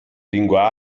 lingua